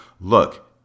Look